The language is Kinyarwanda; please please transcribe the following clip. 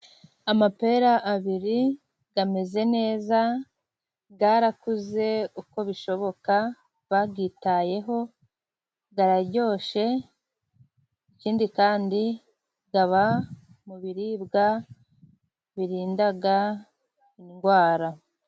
Amapera abiri ameze neza, yarakuze uko bishoboka bayitayeho araryoshye, ikindi kandi aba mu biribwa birinda indwara.